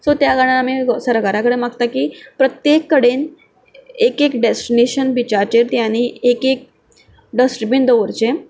so त्या जाणां आमी सरकारा कडेन मागतात आमी प्रत्येक कडेन एक एक डेस्टिनेशन बिचाचेर तांणी एक एक डस्टबीन दवरचें